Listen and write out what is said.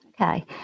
Okay